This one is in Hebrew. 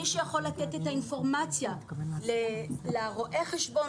מי שיכול לתת את האינפורמציה לרואה החשבון